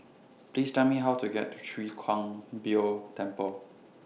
Please Tell Me How to get to Chwee Kang Beo Temple